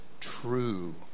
true